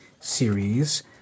series